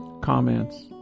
comments